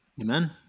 Amen